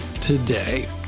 today